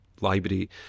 library